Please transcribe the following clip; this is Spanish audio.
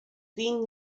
finn